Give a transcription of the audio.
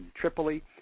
Tripoli